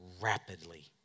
rapidly